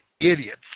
idiots